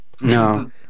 No